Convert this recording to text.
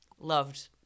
loved